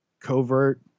covert